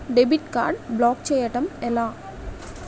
Debit card block చేయటం ఎలా?